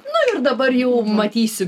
na ir dabar jau matysiu